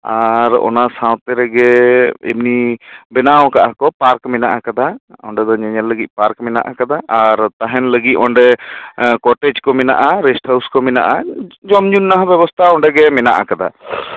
ᱟᱨ ᱚᱱᱟ ᱥᱟᱶᱛᱮ ᱨᱮᱜᱮ ᱮᱢᱱᱤ ᱵᱮᱱᱟᱣ ᱟᱠᱟᱫ ᱟᱠᱚ ᱯᱟᱨᱠ ᱢᱮᱱᱟᱜ ᱟᱠᱟᱫᱟ ᱚᱸᱰᱮ ᱫᱚ ᱧᱮᱧᱮᱞ ᱞᱟᱹᱜᱤᱫᱽ ᱯᱟᱨᱠ ᱢᱮᱱᱟᱜ ᱟᱠᱟᱫᱟ ᱟᱨ ᱛᱟᱦᱮᱱ ᱞᱟᱹᱜᱤᱫᱽ ᱚᱸᱰᱮ ᱮᱸ ᱠᱚᱴᱮᱡᱽ ᱠᱚ ᱢᱮᱱᱟᱜᱼᱟ ᱨᱮᱥᱴ ᱦᱟᱣᱩᱥᱠᱚ ᱢᱮᱱᱟᱜᱼᱟ ᱡᱚᱢᱼᱧᱩ ᱨᱮᱱᱟᱜ ᱦᱚᱸ ᱵᱮᱵᱚᱥᱛᱷᱟ ᱚᱸᱰᱮ ᱜᱮ ᱢᱮᱱᱟᱜ ᱟᱠᱟᱫᱟ